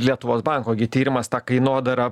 lietuvos banko gi tyrimas tą kainodarą